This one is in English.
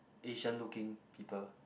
Asian looking people